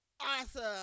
Awesome